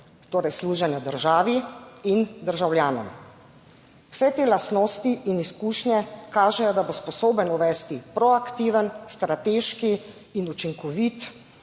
torej služenju državi in državljanom, vse te lastnosti in izkušnje kažejo, da bo sposoben uvesti proaktiven, strateški in učinkovit